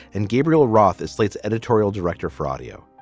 and gabriel roth is slate's editorial director for audio.